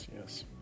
yes